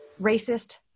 racist